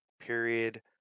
Period